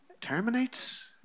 terminates